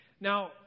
Now